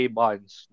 bonds